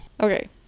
Okay